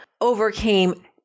overcame